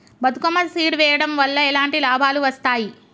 Bathukamma seed వెయ్యడం వల్ల ఎలాంటి లాభాలు వస్తాయి?